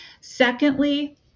Secondly